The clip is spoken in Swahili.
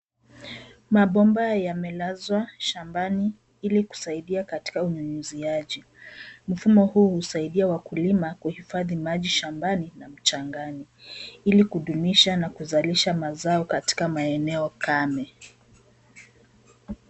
Mabomba yamelazwa shambani ili kusaidia katika unyunyiziaji. Mfumo huu husaidia wakulima kuhifadhi maji shambani na mchangani ili kudumisha na kuzalisha mazao katika maeneo kame.